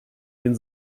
den